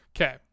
Okay